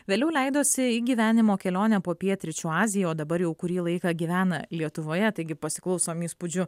vėliau leidosi į gyvenimo kelionę po pietryčių aziją o dabar jau kurį laiką gyvena lietuvoje taigi pasiklausom įspūdžių